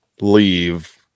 leave